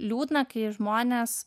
liūdna kai žmonės